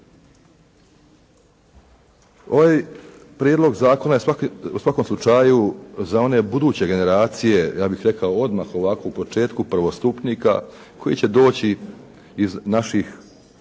Ovaj prijedlog zakona je u svakom slučaju za one buduće generacije ja bih rekao odmah ovako u početku, prvostupnika koji će doći iz naših